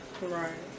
Right